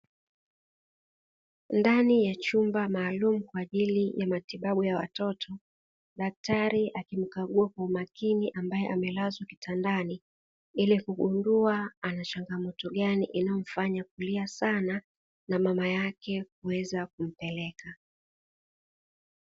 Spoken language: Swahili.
Ndani ya chumba maalumu kwa ajili ya matibabu ya watoto, daktari akimkagua kwa umakini ambaye amelazwa kitandani ili kugundua anachangamoto gani inayomfanya kulia sana na mama yake kuweza kumpeleka.